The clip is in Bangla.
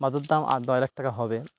বাসের দাম আট দশ লাখ টাকা হবে